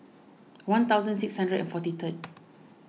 one thousand six hundred and forty third